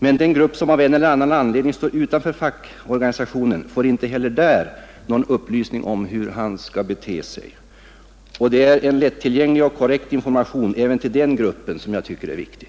Men den grupp som av en eller annan anledning står utanför fackorganisationen får inte heller där någon upplysning om hur han skall bete sig, och det är en lättillgänglig och korrekt information även till den gruppen som jag tycker är viktig.